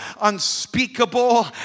unspeakable